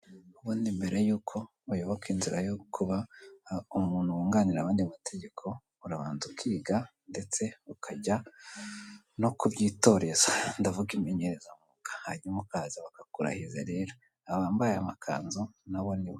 Ubundi mbere yuko uyoboka inzira yo kuba umuntu wunganira abandi mu mategeko, urabanza ukiga ndetse ukajya no kubyitoreza ndavuga imenyezamyuga hanyuma ukaza bakakurahiza rero, aba bambaye amakanzu nabo nibo.